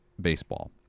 baseball